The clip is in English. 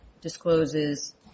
discloses